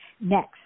next